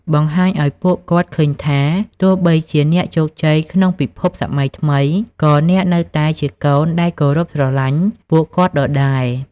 បង្ហាញឱ្យពួកគាត់ឃើញថា ទោះបីជាអ្នកជោគជ័យក្នុងពិភពសម័យថ្មី ក៏អ្នកនៅតែជាកូនដែលគោរពស្រឡាញ់ពួកគាត់ដដែល។